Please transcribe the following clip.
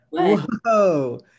whoa